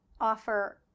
offer